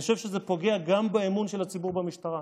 אני חושב שזה פוגע גם באמון של הציבור במשטרה.